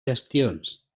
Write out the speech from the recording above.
gestions